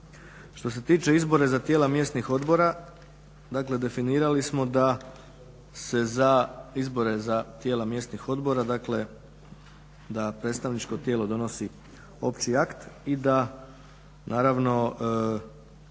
Što se tiče izbora za tijela mjesnih odbora, dakle definirali smo da se za izbore za tijela mjesnih odbora, dakle da predstavničko tijelo donosi opći akt i da naravno